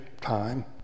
time